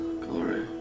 Glory